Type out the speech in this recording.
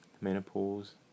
menopause